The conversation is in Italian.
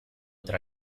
tra